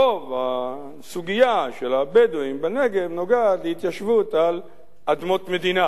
רוב הסוגיה של הבדואים בנגב נוגעת לסוגיה של התיישבות על אדמות מדינה.